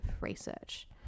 research